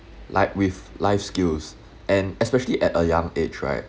like with life skills and especially at a young age right